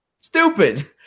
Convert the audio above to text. stupid